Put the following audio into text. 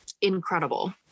incredible